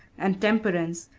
and temperance,